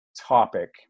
topic